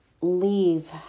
leave